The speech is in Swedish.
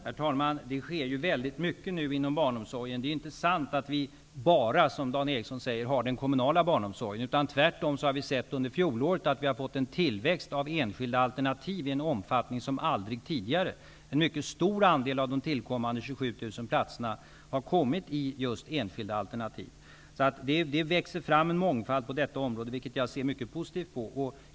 Herr talman! Det sker nu väldigt mycket inom barnomsorgen. Det är inte sant att vi, som Dan Ericsson säger, ''bara'' har den kommunala barnomsorgen. Tvärtom har vi under fjolåret sett en tillväxt av enskilda alternativ i en omfattning som aldrig tidigare. En mycket stor andel av de tillkommande 27 000 platserna finns just inom enskilda alternativ. Det växer alltså fram en mångfald på detta område, något jag ser mycket positivt på.